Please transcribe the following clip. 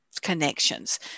Connections